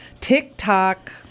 TikTok